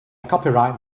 copyright